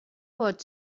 pot